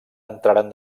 entraren